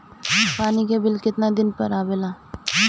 पानी के बिल केतना दिन पर आबे ला?